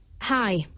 Hi